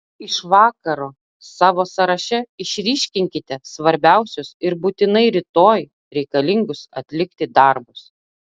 iš vakaro savo sąraše išryškinkite svarbiausius ir būtinai rytoj reikalingus atlikti darbus